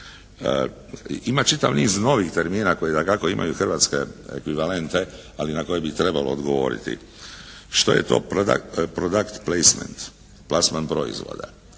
Ima čitav niz novih termina koji dakako imaju hrvatske ekvivalente ali na koje bi trebalo odgovoriti. Što je to "prodakt plejsment", plasman proizvoda.